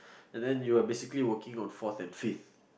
and then you are basically working on fourth and fifth